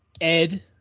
Ed